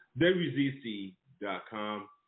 wzc.com